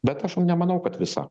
bet aš nemanau kad visa